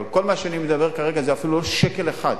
אבל כל מה שאני מדבר כרגע זה אפילו לא שקל אחד.